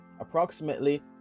approximately